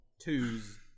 twos